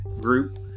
group